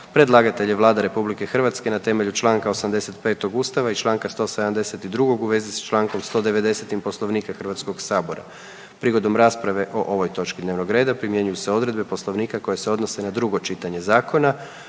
Predlagatelj je Vlada RH na temelju čl. 85. Ustava i čl. 172. u svezi s čl. 190. Poslovnika Hrvatskoga sabora. Prigodom rasprave o ovoj točki dnevnog reda primjenjuju se odredbe Poslovnika koje se odnose na drugo čitanje zakona.